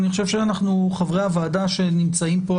אני חושב שחברי הוועדה שנמצאים פה,